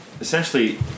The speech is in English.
essentially